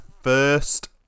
first